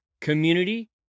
community